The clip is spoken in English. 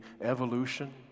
evolution